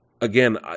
Again